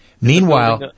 Meanwhile